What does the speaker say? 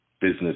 business